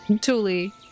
Tuli